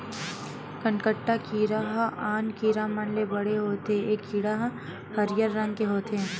कनकट्टा कीरा ह आन कीरा मन ले बड़े होथे ए कीरा ह हरियर रंग के होथे